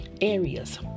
areas